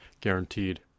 guaranteed